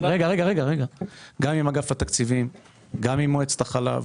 גם עם מועצת החלב,